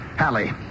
Hallie